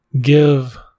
give